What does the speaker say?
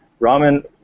Ramen